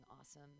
awesome